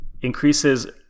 increases